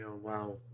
wow